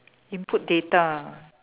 input data